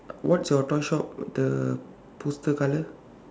what's your toy shop the poster color